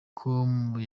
com